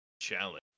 challenge